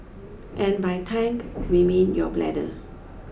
and by tank we mean your bladder